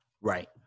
Right